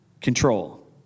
Control